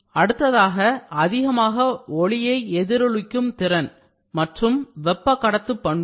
அடுத்ததாக அதிகமாக ஒளியை எதிரொலிக்கும் திறன் மற்றும் வெப்ப கடத்து பண்பு